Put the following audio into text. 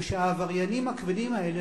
ושהעבריינים הכבדים האלה,